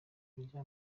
kurya